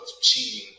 cheating